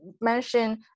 mention